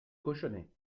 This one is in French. cochonnet